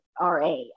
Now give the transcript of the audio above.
RA